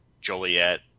Joliet